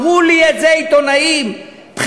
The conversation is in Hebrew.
אמרו לי את זה עיתונאים בכירים,